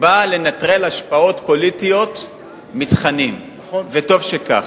באה לנטרל השפעות פוליטיות מתכנים, וטוב שכך.